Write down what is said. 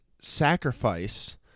sacrifice